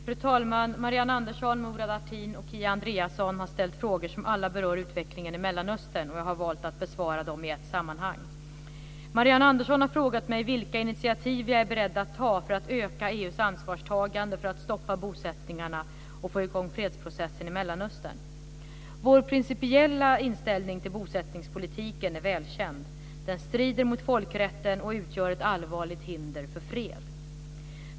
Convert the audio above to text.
Fru talman! Marianne Andersson, Murad Artin och Kia Andreasson har ställt frågor som alla berör utvecklingen i Mellanöstern. Jag har valt att besvara frågorna i ett sammanhang. Marianne Andersson har frågat mig vilka initiativ jag är beredd att ta för att öka EU:s ansvarstagande för att stoppa bosättningarna och få i gång fredsprocessen i Mellanöstern. Vår principiella inställning till bosättningspolitiken är välkänd: Den strider mot folkrätten och utgör ett allvarligt hinder för fred.